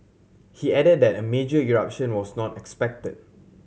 he added that a major eruption was not expected